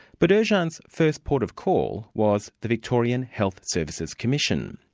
but ercan's first port of call was the victorian health services commission.